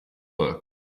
work